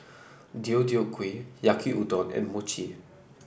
Deodeok Gui Yaki Udon and Mochi